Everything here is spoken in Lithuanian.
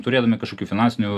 turėdami kažkokių finansinių